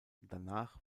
danach